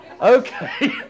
Okay